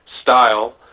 style